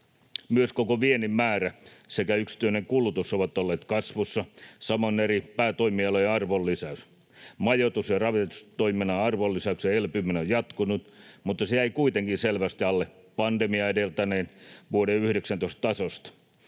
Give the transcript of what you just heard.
Myös koko viennin määrä sekä yksityinen kulutus ovat olleet kasvussa, samoin eri päätoimialojen arvonlisäys. Majoitus- ja ravitsemistoiminnan arvonlisäyksen elpyminen on jatkunut, mutta se jäi kuitenkin selvästi alle pandemiaa edeltäneen vuoden 19 tasosta.